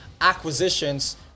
acquisitions